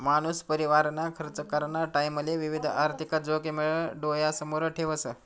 मानूस परिवारना खर्च कराना टाईमले विविध आर्थिक जोखिम डोयासमोर ठेवस